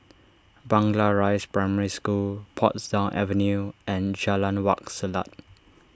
Blangah Rise Primary School Portsdown Avenue and Jalan Wak Selat